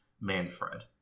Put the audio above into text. Manfred